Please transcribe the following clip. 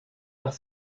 nach